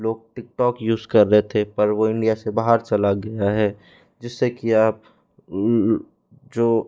लोक TikTok use कर रहे थे पर वो इंडिया से बाहर चला गया है जिस से कि आप जो